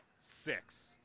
six